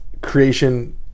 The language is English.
creation